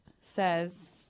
says